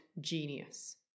genius